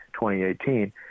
2018